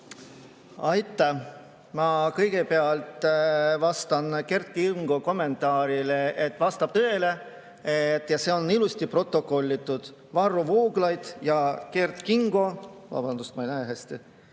Aitäh! Ma kõigepealt vastan Kert Kingo kommentaarile. See vastab tõele ja see on ilusti protokollitud. Varro Vooglaid ja Kert Kingo – vabandust, ma ei näe hästi